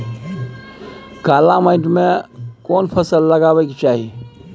काला माटी में केना फसल लगाबै के चाही?